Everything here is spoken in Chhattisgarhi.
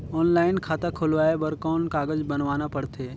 ऑनलाइन खाता खुलवाय बर कौन कागज बनवाना पड़थे?